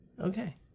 Okay